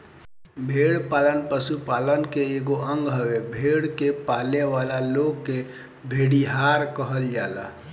भेड़ पालन पशुपालन के एगो अंग हवे, भेड़ के पालेवाला लोग के भेड़िहार कहल जाला